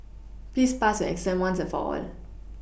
please pass exam once and for all